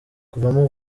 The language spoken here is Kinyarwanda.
kuvamo